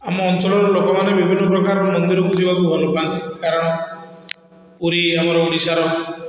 ଆମ ଅଞ୍ଚଳର ଲୋକମାନେ ବିଭିନ୍ନ ପ୍ରକାରର ମନ୍ଦିରକୁ ଯିବାକୁ ଭଲ ପାଆନ୍ତି କାରଣ ପୁରୀ ଆମର ଓଡ଼ିଶାର